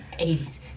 80s